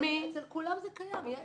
אצל כולם זה קיים.